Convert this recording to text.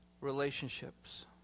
relationships